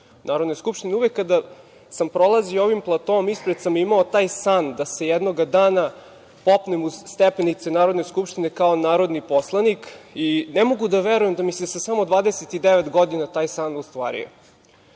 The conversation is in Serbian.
Narodne skupštine, uvek kada sam prolazio ovim platoom ispred sam imao taj san da se jednog dana popnem uz stepenice Narodne skupštine kao narodni poslanik i ne mogu da verujem da mi se sa samo dvadeset i devet godina taj san ostvario.